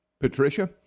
Patricia